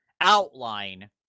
outline